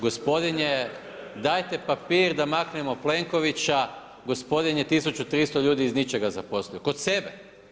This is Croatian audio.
Gospodin je, dajte papir da maknemo Plenkovića, gospodin je 1300 ljudi iz ničega zaposlio, kod sebe.